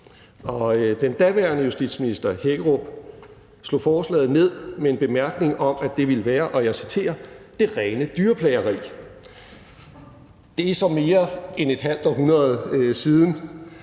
den daværende justitsminister Hækkerup slog forslaget ned med en bemærkning om, at det ville være, og jeg citerer: »det rene dyrplageri«. Det er så mere end et halvt århundrede siden,